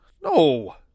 No